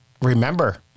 remember